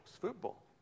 football